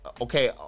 okay